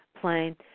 plane